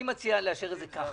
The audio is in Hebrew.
אני מציע לאשר את זה ככה,